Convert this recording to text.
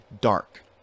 dark